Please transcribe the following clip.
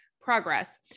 progress